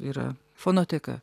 yra fonoteka